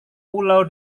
pulau